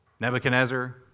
Nebuchadnezzar